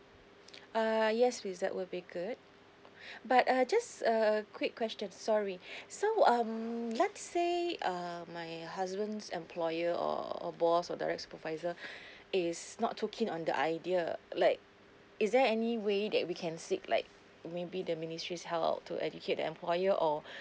err yes please that would be good but uh just a quick question sorry so um let's say um my husband's employer or or boss or direct supervisor is not too keen on the idea like is there any way that we can seek like maybe the ministries help to educate the employer or